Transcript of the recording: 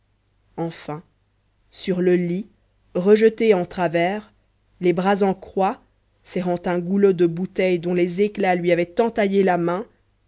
enfin sur le lit rejeté en travers les bras en croix serrant un goulot de bouteille dont les éclats lui avaient entaillé la main